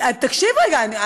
תקשיב רגע,